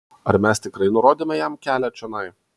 ar mes tikrai nurodėme jam kelią čionai